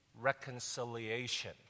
reconciliation